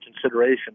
consideration